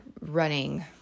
running